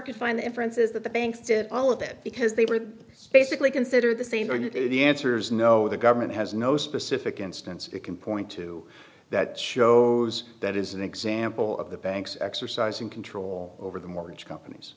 could find the inference is that the banks did all of that because they were basically considered the same the answer is no the government has no specific instance they can point to that shows that is an example of the banks exercising control over the mortgage companies